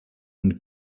and